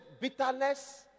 bitterness